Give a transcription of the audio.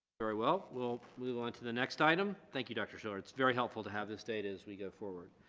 very well we'll move on to the next item. thank you dr. schiller it's very helpful to have this data as we go forward.